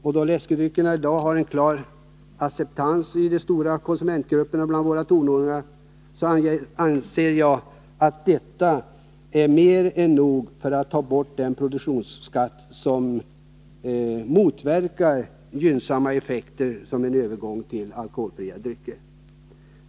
Att läskedryckerna i dag har en klar acceptans i den stora konsumentgrupp som våra tonåringar utgör anser jag vara skäl nog att ta bort produktionsskatten, som motverkar en övergång till alkoholfria drycker.